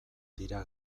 dira